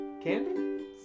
candy